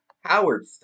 Howard